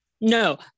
No